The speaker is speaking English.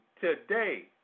today